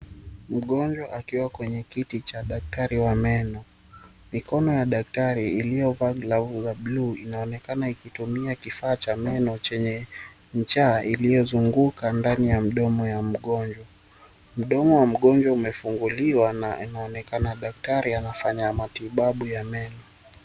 Mgonjwa akiwa kwenye kiti cha daktari wa meno. Mikono ya daktari iliyovaa glavu za blue inaonekana ikitumia kifaa cha meno chenye ncha iliyozunguka ndani ya mdomo wa mgonjwa. Mdomo wa mgonjwa umefunguliwa na inaonekana daktari anafanya matibabu ya meno.